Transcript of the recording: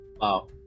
Wow